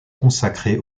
consacrée